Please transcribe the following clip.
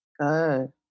Good